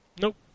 Nope